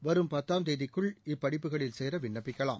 வரும் பத்தாம் தேதிக்குள் முதல் இப்படிப்புகளில் சேர விண்ணப்பிக்கலாம்